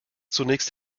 zunächst